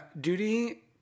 Duty